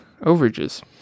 overages